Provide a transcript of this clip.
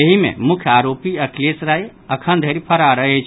एहि मे मुख्य आरोपी अखिलेश राय अखन धरि फरार अछि